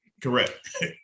correct